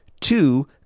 two